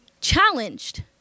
challenged